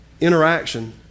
interaction